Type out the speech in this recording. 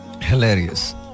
hilarious